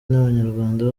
n’abanyarwanda